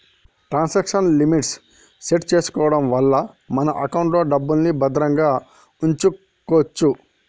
transaction limit set చేసుకోడం వల్ల మన ఎకౌంట్లో డబ్బుల్ని భద్రంగా వుంచుకోచ్చు